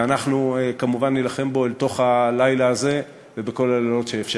ואנחנו כמובן נילחם בו אל תוך הלילה הזה ובכל הלילות שאפשר.